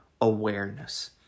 awareness